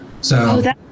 So-